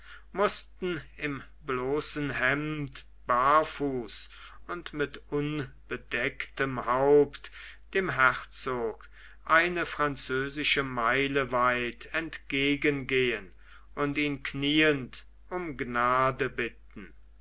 mußten im bloßen hemd barfuß und mit unbedecktem haupt dem herzoge eine französische meile weit entgegen gehen und ihn knieend um gnade bitten